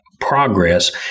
progress